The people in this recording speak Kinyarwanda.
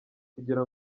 kugira